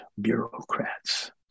bureaucrats